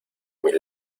mis